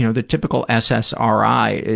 ah the typical ssri,